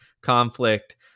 conflict